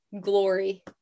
glory